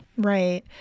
Right